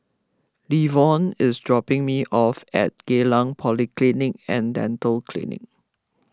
Levon is dropping me off at Geylang Polyclinic and Dental Clinic